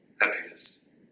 happiness